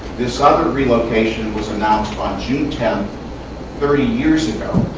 this other relocation was announced on june tenth thirty years ago,